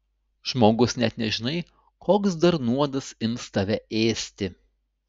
žmogus net nežinai koks dar nuodas ims tave ėsti